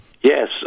Yes